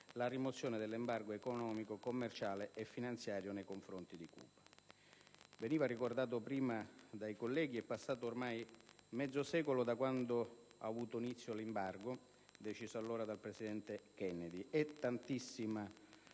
la rimozione dell'embargo economico, commerciale e finanziario nei confronti di Cuba. Veniva ricordato in precedenza dai colleghi che è passato ormai mezzo secolo da quando ha avuto inizio l'embargo deciso allora dal presidente Kennedy e tantissima